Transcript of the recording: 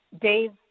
Dave